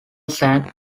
sang